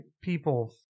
people